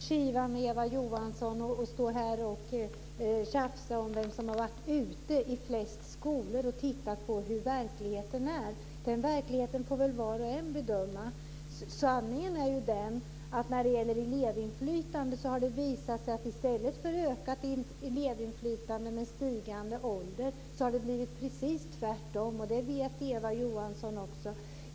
Fru talman! Jag ska inte kivas med Eva Johansson och tjafsa om vem som varit ute i flest skolor och tittat närmare på verkligheten, utan den verkligheten får väl var och en bedöma. Sanningen är ju den att det när det gäller elevinflytande har visat sig att i stället för ökat elevinflytande med stigande ålder har blivit precis tvärtom. Det vet Eva Johansson också.